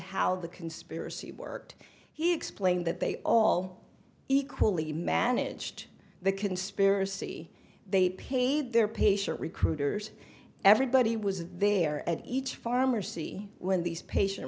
how the conspiracy worked he explained that they all equally managed the conspiracy they paid their patient recruiters everybody was there and each farmer see when these patient